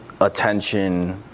attention